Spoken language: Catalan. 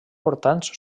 portants